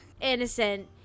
Innocent